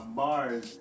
bars